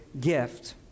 gift